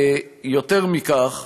יותר מכך,